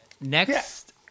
next